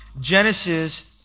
Genesis